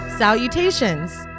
Salutations